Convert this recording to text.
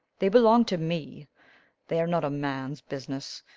they belong to me they are not a man's business.